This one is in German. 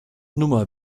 nummer